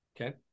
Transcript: Okay